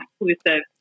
exclusive